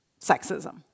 sexism